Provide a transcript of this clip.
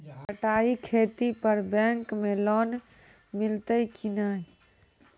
बटाई खेती पर बैंक मे लोन मिलतै कि नैय?